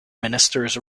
ministers